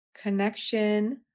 connection